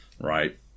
right